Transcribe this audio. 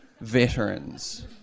veterans